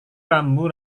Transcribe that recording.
rambu